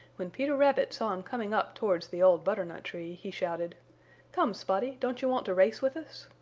when peter rabbit saw him coming up towards the old butternut tree he shouted come, spotty, don't you want to race with us?